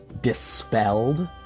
dispelled